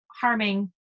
harming